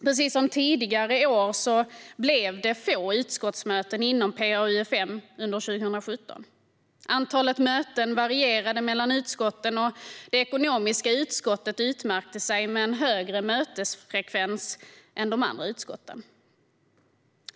Precis som tidigare år blev det få utskottsmöten inom PAUfM under 2017. Antalet möten varierade mellan utskotten, och det ekonomiska utskottet utmärkte sig med en högre mötesfrekvens än de andra utskotten.